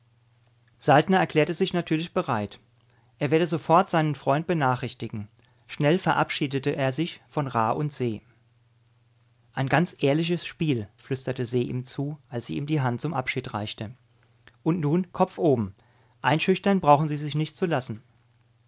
saltner erklärte sich natürlich bereit er werde sofort seinen freund benachrichtigen schnell verabschiedete er sich von ra und se ein ganz ehrliches spiel flüsterte se ihm zu als sie ihm die hand zum abschied reichte und nun kopf oben einschüchtern brauchen sie sich nicht zu lassen